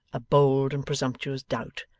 a bold and presumptuous doubt,